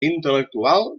intel·lectual